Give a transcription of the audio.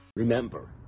Remember